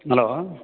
hello